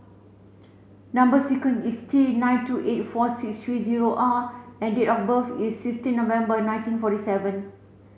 number sequence is T nine two eight four six three zero R and date of birth is sixteen November nineteen forty seven